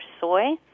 soy